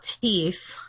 Teeth